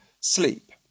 sleep